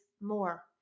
more